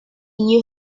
knew